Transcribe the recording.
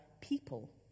people